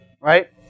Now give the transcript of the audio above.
Right